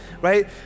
right